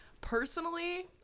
Personally